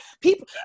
People